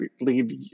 leave